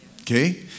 Okay